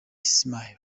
smile